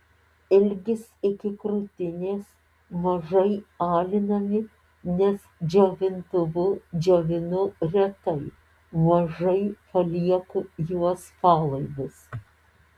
ilgis iki krūtinės mažai alinami nes džiovintuvu džiovinu retai mažai palieku juos palaidus